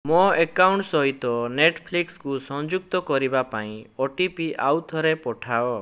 ମୋ ଆକାଉଣ୍ଟ୍ ସହିତ ନେଟ୍ଫ୍ଲିକ୍ସ୍କୁ ସଂଯୁକ୍ତ କରିବା ପାଇଁ ଓ ଟି ପି ଆଉଥରେ ପଠାଅ